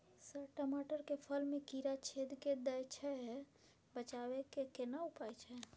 Sir टमाटर के फल में कीरा छेद के दैय छैय बचाबै के केना उपाय छैय?